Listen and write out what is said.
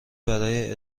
برای